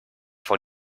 vor